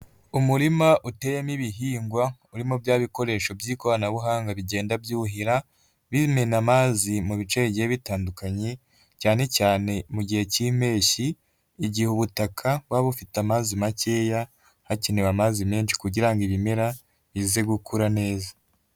Umurima uteyemo ibihingwa, urimo bya bikoresho by'ikoranabuhanga bigenda byuhira, bimena amazi mu bice bigiye bitandukanye, cyane cyane mu gihe cy'impeshyi, igihe ubutaka buba bufite amazi makeya, hakenewe amazi menshi kugira ibimera bize gukura neza.